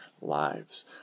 Lives